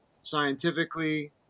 scientifically